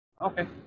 Okay